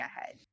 ahead